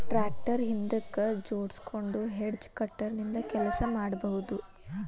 tractor ಹಿಂದಕ್ ಜೋಡ್ಸ್ಕೊಂಡು hedge cutter ನಿಂದ ಕೆಲಸ ಮಾಡ್ಬಹುದು